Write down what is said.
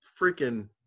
freaking